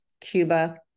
Cuba